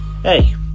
Hey